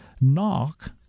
Knock